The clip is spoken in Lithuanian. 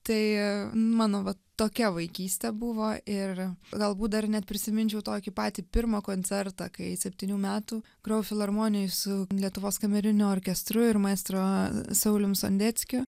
tai mano tokia vaikystė buvo ir galbūt dar net prisiminčiau tokį patį pirmą koncertą kai septynių metų grojau filharmonijoj su lietuvos kameriniu orkestru ir maestro saulium sondeckiu